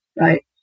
right